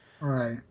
Right